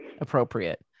appropriate